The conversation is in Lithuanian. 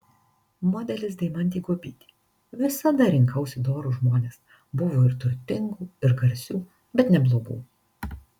modelis deimantė guobytė visada rinkausi dorus žmones buvo ir turtingų ir garsių bet ne blogų